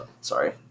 sorry